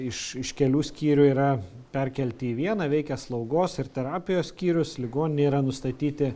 iš iš kelių skyrių yra perkelti į vieną veikia slaugos ir terapijos skyrius ligoninėj yra nustatyti